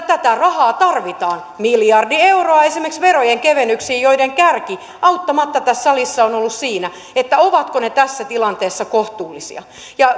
tätä rahaa tarvitaan miljardi euroa esimerkiksi verojen kevennyksiin joiden kärki auttamatta tässä salissa on ollut siinä ovatko ne tässä tilanteessa kohtuullisia